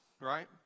right